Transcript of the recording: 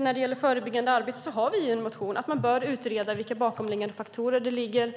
När det gäller det förebyggande arbetet vill jag säga att vi har en motion om att man bör utreda de bakomliggande faktorerna till